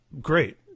great